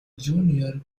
junior